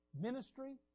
ministry